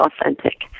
authentic